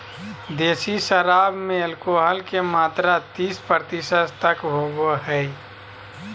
देसी शराब में एल्कोहल के मात्रा तीस प्रतिशत तक होबो हइ